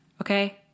Okay